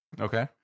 okay